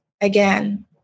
again